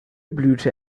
blüte